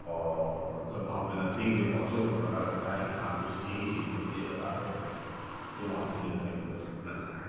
और जब वहाँ पे नजदीक में पहुँचों तब पता लगता है कि हाँ कुछ यही चीज देखो ये बता रहे थे जो वहाँ पे देखने को दृश्य मिलता है